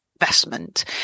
investment